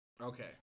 okay